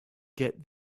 get